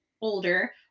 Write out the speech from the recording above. older